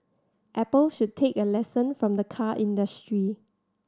Apple should take a lesson from the car industry